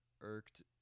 irked